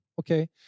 Okay